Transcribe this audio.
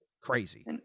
crazy